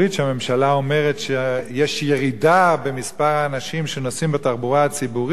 שהממשלה אומרת שיש ירידה במספר האנשים שנוסעים בתחבורה הציבורית,